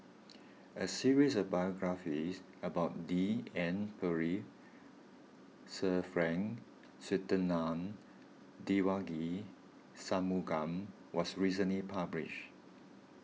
a series of biographies about D N Pritt Sir Frank Swettenham Devagi Sanmugam was recently published